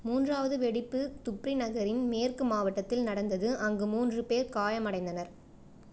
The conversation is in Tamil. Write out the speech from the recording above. மூன்றாவது வெடிப்பு துப்ரி நகரின் மேற்கு மாவட்டத்தில் நடந்தது அங்கு மூன்று பேர் காயமடைந்தனர்